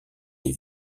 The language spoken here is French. des